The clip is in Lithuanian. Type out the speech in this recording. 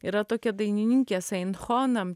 yra tokia dainininkės sain honam